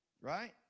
Right